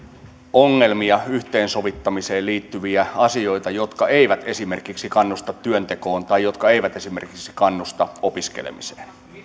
ongelmia yhteensovittamiseen liittyviä asioita jotka eivät esimerkiksi kannusta työntekoon tai jotka eivät esimerkiksi kannusta opiskelemiseen